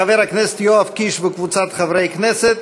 של חבר הכנסת יואב קיש וקבוצת חברי הכנסת.